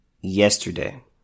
yesterday